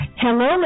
Hello